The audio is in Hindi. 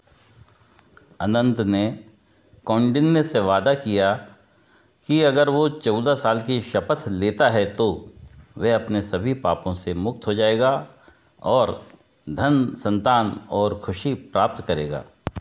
अनंत ने कौंडिन्य से वादा किया कि अगर वह चौदह साल की शपथ लेता है तो वह अपने सभी पापों से मुक्त हो जाएगा और धन संतान और खुशी प्राप्त करेगा